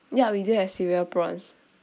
ya we do have cereal prawns